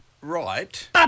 Right